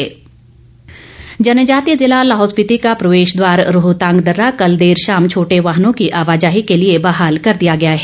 रोहतांग दर्रा जनजातीय जिला लाहौल स्पिति का प्रवेश द्वार रोहतांग दर्रा कल देर शाम छोटे वाहनों की आवाजाही के लिए बहाल कर दिया गया है